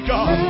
God